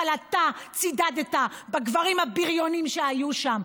אבל אתה צידדת בגברים הבריונים שהיו שם.